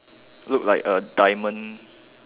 look like a diamond